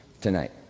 tonight